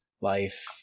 life